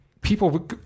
People –